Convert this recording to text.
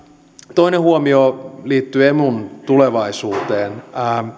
toinen huomio liittyy emun tulevaisuuteen